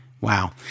Wow